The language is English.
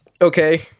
okay